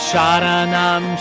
Sharanam